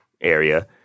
area